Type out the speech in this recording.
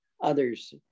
others